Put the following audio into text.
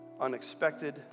unexpected